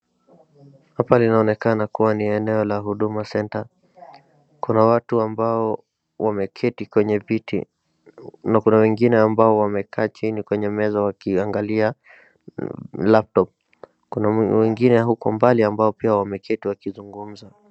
hapa linaonekana kuwa ni eneo la huduma centre kuna watu ambao wameketi kwenye viti na kuna wengine ambao wamekaa chini kwenye meza wakiangalia laptop kuna wengine huko mbali pia wameketi wakizungumza